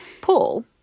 Paul